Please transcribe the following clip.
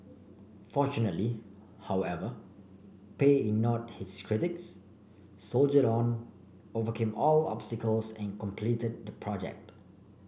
fortunately however Pei ignored his critics soldiered on overcame all obstacles and completed the project